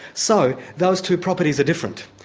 so those two properties are different,